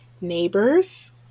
neighbors